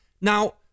Now